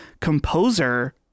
composer